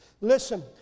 Listen